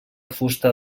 fusta